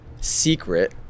secret